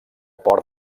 port